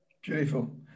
Beautiful